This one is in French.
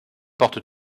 porte